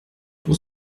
pour